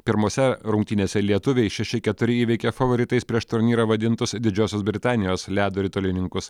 pirmose rungtynėse lietuviai šeši keturi įveikė favoritais prieš turnyrą vadintos didžiosios britanijos ledo ritulininkus